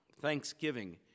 Thanksgiving